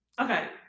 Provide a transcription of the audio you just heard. Okay